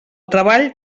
treball